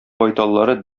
байталлары